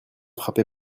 frappé